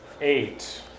Eight